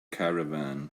caravan